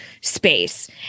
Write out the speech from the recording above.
space